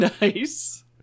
Nice